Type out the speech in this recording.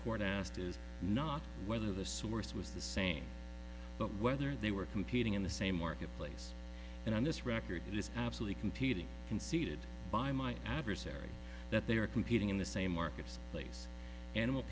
court asked is not whether the source was the same but whether they were competing in the same marketplace and on this record it is absolutely competing conceded by my adversary that they are competing in the same markets place animal